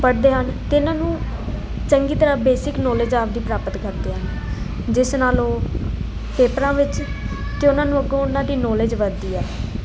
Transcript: ਪੜ੍ਹਦੇ ਹਨ ਅਤੇ ਇਹਨਾਂ ਨੂੰ ਚੰਗੀ ਤਰ੍ਹਾਂ ਬੇਸਿਕ ਨੋਲੇਜ ਆਪਦੀ ਪ੍ਰਾਪਤ ਕਰਦੇ ਹੈ ਜਿਸ ਨਾਲ ਉਹ ਪੇਪਰਾਂ ਵਿੱਚ ਅਤੇ ਉਹਨਾਂ ਨੂੰ ਅੱਗੋਂ ਉਹਨਾਂ ਦੀ ਨੌਲੇਜ ਵੱਧਦੀ ਹੈ